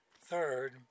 Third